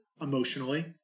emotionally